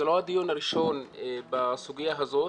זה לא הדיון הראשון בסוגיה הזאת,